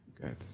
good